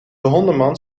hondenmand